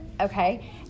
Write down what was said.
Okay